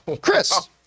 Chris